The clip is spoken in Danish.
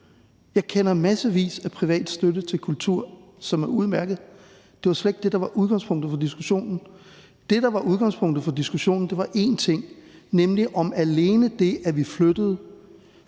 Jeg kender massevis af privat støtte til kultur, som er udmærket. Det var slet ikke det, der var udgangspunktet for diskussionen. Det, der var udgangspunktet for diskussionen, var én ting, nemlig om alene det, at vi flyttede